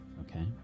Okay